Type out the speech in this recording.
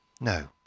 No